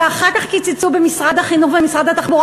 ואחר כך קיצצו במשרד החינוך ובמשרד התחבורה,